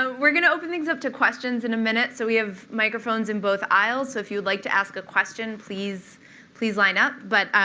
um we're going to open things up to questions in a minute. so we have microphones in both aisles. so if you'd like to ask a question, please please line up. but